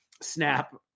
snap